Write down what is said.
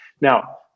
Now